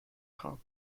خوام